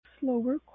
slower